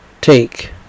Take